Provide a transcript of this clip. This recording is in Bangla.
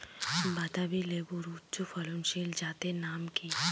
বাতাবি লেবুর উচ্চ ফলনশীল জাতের নাম কি?